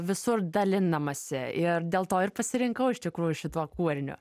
visur dalinamasi ir dėl to ir pasirinkau iš tikrųjų šituo kūriniu